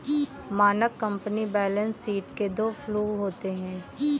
मानक company balance sheet के दो फ्लू होते हैं